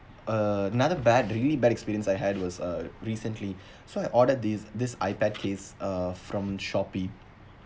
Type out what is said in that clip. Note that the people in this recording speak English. uh another bad really bad experience I had was uh recently so I ordered this this I_pad case uh from shopee